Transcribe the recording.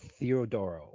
Theodoro